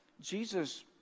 Jesus